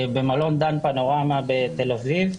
במלון דן פנורמה בתל אביב.